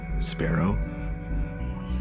Sparrow